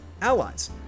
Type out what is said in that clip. Allies